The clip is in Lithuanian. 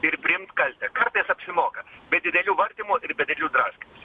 ir priimt kaltę kartais apsimoka be didelių vartymų ir be didelių draskymųsi